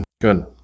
Good